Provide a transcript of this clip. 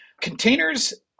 Containers